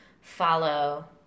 follow